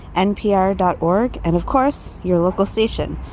npr dot org and, of course, your local station,